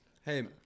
Hey